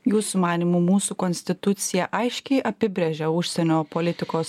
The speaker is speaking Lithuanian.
jūsų manymu mūsų konstitucija aiškiai apibrėžia užsienio politikos